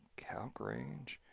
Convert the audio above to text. calc range,